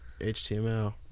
HTML